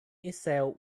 itself